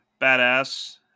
badass